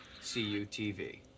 CUTV